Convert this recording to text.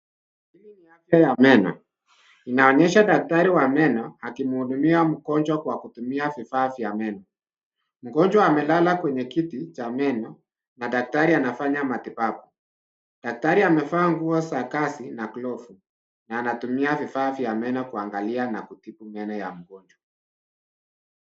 Inaonyesha daktari wa meno akimhudumia mgonjwa kwa kutumia vifaa vya meno. Mgonjwa amelala kwenye kiti cha meno na daktari anafanya matibabu. Daktari amevaa nguo za kazi na glavu na anatumia vifaa vya meno, kuangalia na kutibu meno ya mgonjwa.